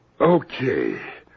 Okay